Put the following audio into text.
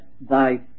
thy